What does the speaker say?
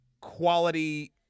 quality